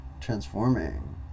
transforming